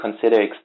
consider